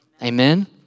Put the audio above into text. Amen